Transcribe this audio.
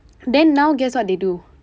then now guess what they do